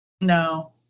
No